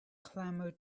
clamored